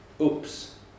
Oops